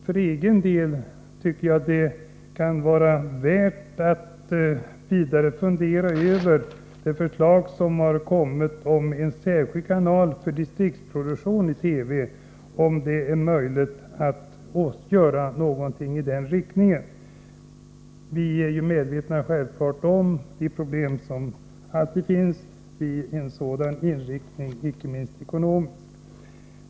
För egen del tycker jag att det kan vara värt att vidare fundera över det förslag som har kommit om en särskild kanal för distriktsproduktion i TV — om det är möjligt att göra någonting i den riktningen. Vi är självfallet medvetna om de problem som alltid finns med en sådan inriktning, inte minst ekonomiska.